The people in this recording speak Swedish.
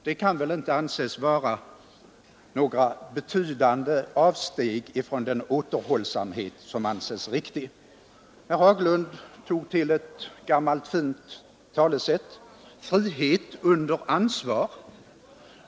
Det kan väl inte anses vara några betydande avsteg från den återhållsamhet som anses riktig. Herr Haglund tog till ett gammalt fint talesätt — frihet under ansvar.